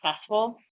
successful